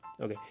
okay